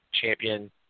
champion